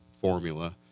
formula